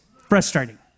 frustrating